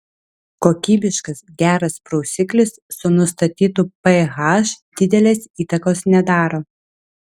kokybiškas geras prausiklis su nustatytu ph didelės įtakos nedaro